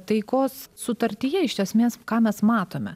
taikos sutartyje iš esmės ką mes matome